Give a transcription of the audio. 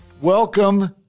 Welcome